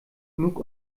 genug